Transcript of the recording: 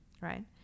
right